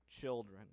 children